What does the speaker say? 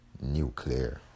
nuclear